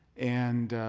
and